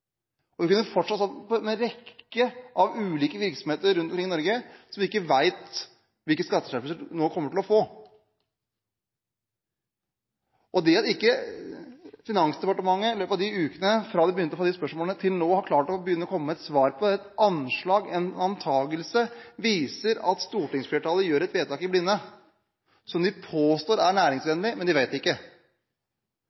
og vi kunne fortsatt sånn med en rekke ulike virksomheter rundt omkring i Norge som ikke vet hvilke skatteskjerpelser de kommer til å få. Det at ikke Finansdepartementet i løpet av de ukene som har gått fra det begynte å få disse spørsmålene, til nå, har klart å begynne å komme med et svar, et anslag, en antakelse, viser at stortingsflertallet gjør et vedtak i blinde – som de påstår er